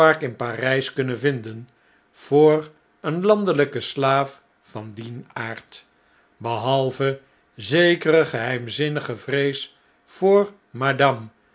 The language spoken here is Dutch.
s kunnen vinden voor een landelijken slaafvan dien aard behalve zekere geheimzinnige vrees voor